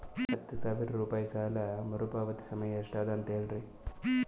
ಹತ್ತು ಸಾವಿರ ರೂಪಾಯಿ ಸಾಲ ಮರುಪಾವತಿ ಸಮಯ ಎಷ್ಟ ಅದ ಅಂತ ಹೇಳರಿ?